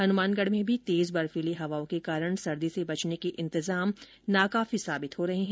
हनुमानगढ़ में भी तेज बर्फीली हवाओं के कारण सर्दी से बचने के इंतजाम नाकाफी साबित हो रहे हैं